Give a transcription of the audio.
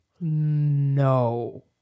No